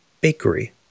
Bakery